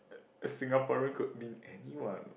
a Singaporean could be anyone